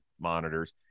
monitors